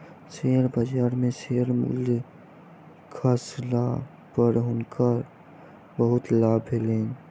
share बजार में share मूल्य खसला पर हुनकर बहुत लाभ भेलैन